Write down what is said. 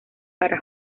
para